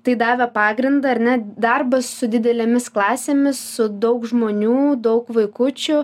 tai davė pagrindą ar ne darbas su didelėmis klasėmis su daug žmonių daug vaikučių